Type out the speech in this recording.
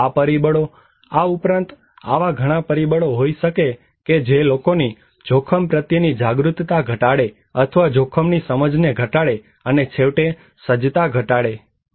તેથી આ પરિબળો આ ઉપરાંત આવા ઘણા પરિબળો હોઈ શકે કે જે લોકોની જોખમ પ્રત્યેની જાગૃતતા ઘટાડે અથવા જોખમની સમજને ઘટાડે છે અને છેવટે સજ્જતા ઘટાડે